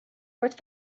wordt